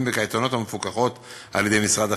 בקייטנות המפוקחות על-ידי משרד החינוך.